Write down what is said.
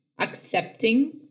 accepting